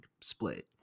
split